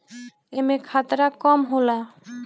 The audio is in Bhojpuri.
एमे खतरा कम होला